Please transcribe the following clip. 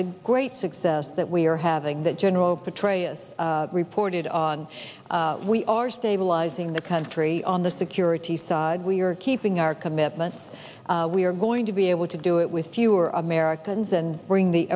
the great success that we are having that general petraeus reported on we are stabilizing the country on the security side we are keeping our commitments we are going to be able to do it with fewer americans and bring the